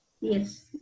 Yes